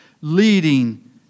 leading